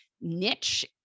niche